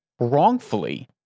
wrongfully